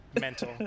Mental